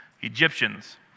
Egyptians